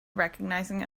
recognizing